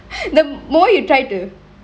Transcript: the more you try to